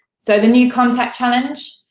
so, the new contact challenge,